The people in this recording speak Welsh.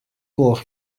gloch